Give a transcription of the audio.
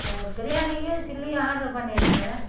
பிரியாணியும் சில்லியும் ஆர்ட்ரு பண்ணியிருந்தன்